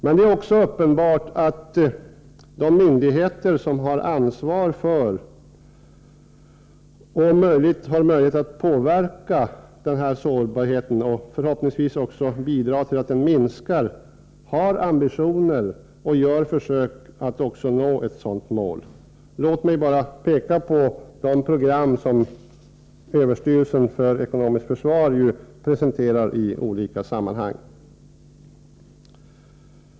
Men det är också uppenbart att de myndigheter som har ansvar för och möjlighet att påverka denna sårbarhet — och som förhoppningsvis även kan bidra till att den minskar — har ambitioner och gör försök att nå ett sådant mål. Låt mig bara peka på de program som överstyrelsen för ekonomiskt försvar ju presenterar i olika sammanhang.